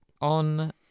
on